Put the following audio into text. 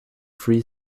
three